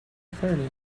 thirty